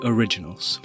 Originals